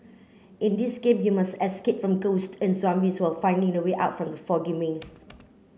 in this game you must escape from ghost and zombies while finding the way out from the foggy maze